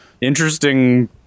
interesting